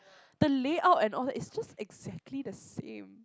the layout and all is just exactly the same